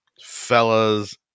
Fellas